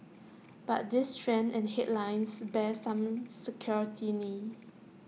but these trends and headlines bear some scrutiny